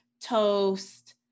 toast